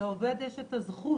לעובד יש את הזכות.